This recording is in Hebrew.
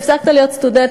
הפסקת להיות סטודנט,